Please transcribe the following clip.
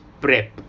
prep